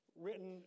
written